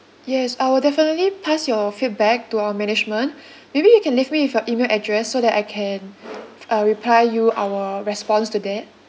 yes I will definitely pass your feedback to our management maybe you can leave me with your email address so that I can uh reply you our response to that